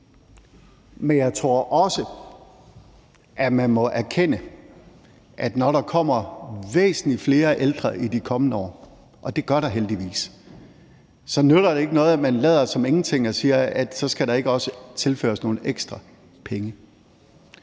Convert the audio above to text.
men jeg tror også, at man må erkende, at når der kommer væsentlig flere ældre i de kommende år – og det gør der heldigvis – så nytter det ikke noget, at man lader som ingenting og siger, at så skal der ikke også tilføres nogle ekstra penge.